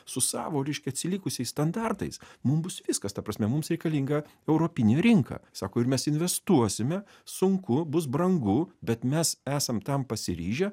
su savo reiškia atsilikusiais standartais mum bus viskas ta prasme mums reikalinga europinė rinka sako ir mes investuosime sunku bus brangu bet mes esam tam pasiryžę